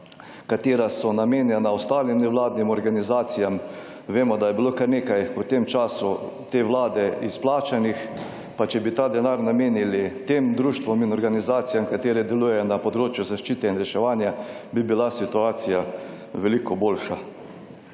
katera so namenjena ostalim nevladnim organizacijam. Vemo, da je bilo kar nekaj v tem času te Vlade izplačanih, pa če bi ta denar namenili tem društvom in organizacijam, katere delujejo na področju zaščite in reševanja, bi bila situacija veliko boljša.